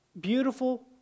beautiful